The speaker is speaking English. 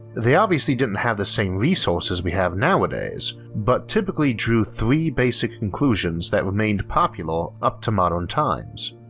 they obviously didn't have the same resources we have nowadays but typically drew three basic conclusions that remained popular up to modern times.